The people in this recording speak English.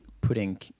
putting